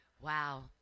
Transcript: Wow